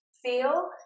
Feel